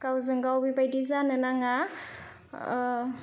गावजोंगाव बेबादि जानो नाङा